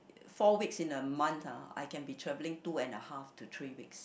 four weeks in a month ah I can be travelling two and a half to three weeks